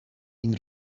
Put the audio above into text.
این